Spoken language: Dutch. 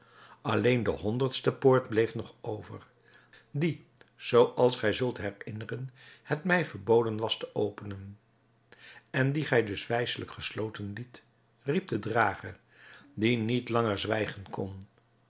alleen de honderdste poort bleef nog over die zoo als gij u zult herinneren het mij verboden was te openen en die gij dus wijselijk gesloten liet riep de drager die niet langer zwijgen kon